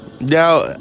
Now